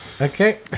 Okay